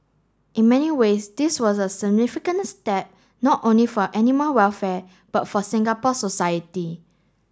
in many ways this was a significant step not only for animal welfare but for Singapore society